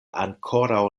ankoraŭ